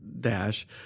dash